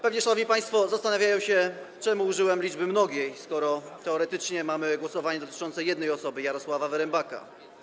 Pewnie szanowni państwo zastanawiają się, czemu użyłem liczby mnogiej, skoro teoretycznie to głosowanie dotyczy jednej osoby - Jarosława Wyrembaka.